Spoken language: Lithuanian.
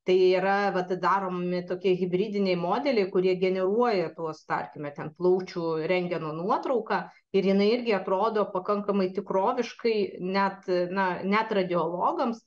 tai yra vat daromi tokie hibridiniai modeliai kurie generuoja tuos tarkime ten plaučių rentgeno nuotrauką ir jinai irgi atrodo pakankamai tikroviškai net na net radiologams